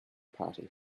party